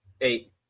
eight